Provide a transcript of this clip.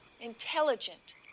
intelligent